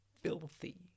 Filthy